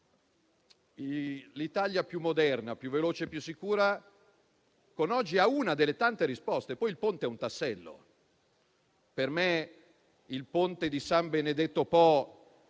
L'Italia più moderna, più veloce e più sicura con oggi ha una delle tante risposte. Poi il Ponte è un tassello. Il ponte di San Benedetto Po